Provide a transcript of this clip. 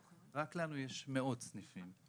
לנו יש מאות סניפים.